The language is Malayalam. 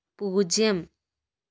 പൂജ്യം